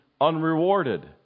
unrewarded